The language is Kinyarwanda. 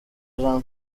jean